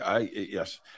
Yes